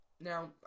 Now